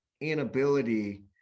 inability